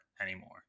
anymore